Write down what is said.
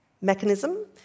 mechanism